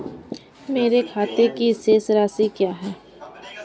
मेरे खाते की शेष राशि क्या है?